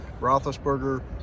Roethlisberger